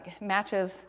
matches